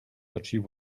but